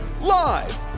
Live